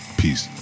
peace